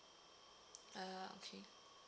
uh okay